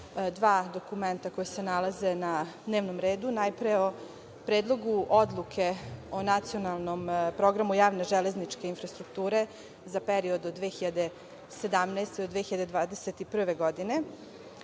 dva dokumenta koja se nalaze na dnevnom redu, najpre o Predlogu odluke o Nacionalnom programu javne železničke infrastrukture za period od 2017. do 2021.